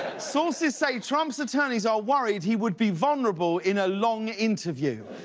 sources say trump's attorneys are worried he would be vulnerable in a long interview.